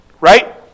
right